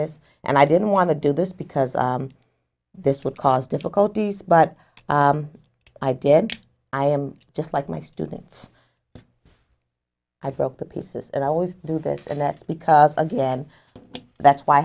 this and i didn't want to do this because this would cause difficulties but i did i am just like my students i broke the pieces and i always do this and that because again that's why i